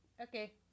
okay